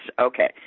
Okay